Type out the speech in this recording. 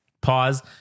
pause